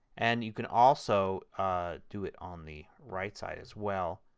and you can also do it on the right side as well,